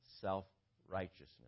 self-righteousness